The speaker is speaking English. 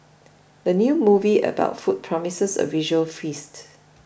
the new movie about food promises a visual feast